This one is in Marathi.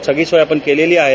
सगळी सोय आपण केली आहे